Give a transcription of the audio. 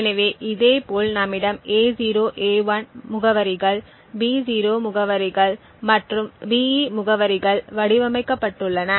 எனவே இதேபோல் நம்மிடம் A0 A1 முகவரிகள் B0 முகவரிகள் மற்றும் BE முகவரிகள் வடிவமைக்கப்பட்டுள்ளன